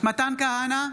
מתן כהנא,